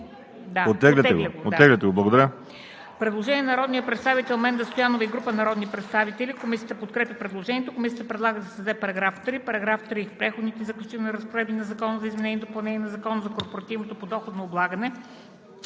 Оттегляте го, благодаря.